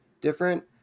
different